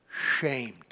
shamed